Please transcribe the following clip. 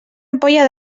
ampolla